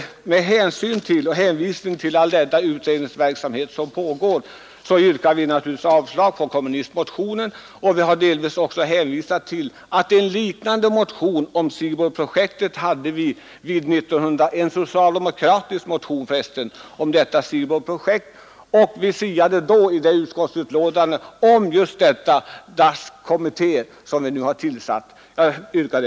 Med hänvisning till all den utredningsverksamhet som pågår yrkar vi naturligtvis avslag på kommunistmotionen. Vi har hänvisat till att en liknande — för övrigt socialdemokratisk — motion om SIBOL-projektet förelåg vid 1970 års riksdag och att vi i utskottsutlåtandet då siade om den nu tillsatta DAS-kommittén.